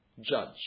judge